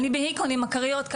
ואני בהיכון עם הכריות,